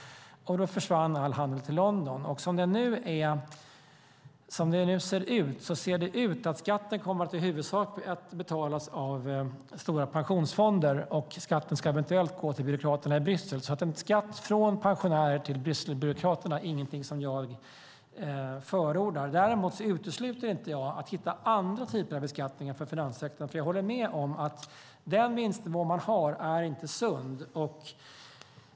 Då försvann all handel till London. Som det ser ut nu kommer skatten i huvudsak att betalas av stora pensionsfonder, och skatten ska eventuellt gå till byråkraterna i Bryssel. En skatt från pensionärer till Brysselbyråkraterna är inget som jag förordar. Däremot utesluter jag inte att hitta andra typer av beskattningar för finanssektorn. Jag håller med om att den vinstnivå som bankerna har inte är sund.